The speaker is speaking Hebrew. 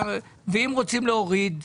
ואם רוצים להוריד?